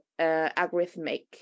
algorithmic